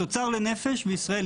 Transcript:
התוצר לנפש בישראל,